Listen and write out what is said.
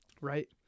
Right